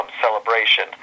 celebration